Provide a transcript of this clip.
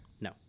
No